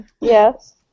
Yes